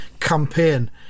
campaign